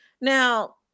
now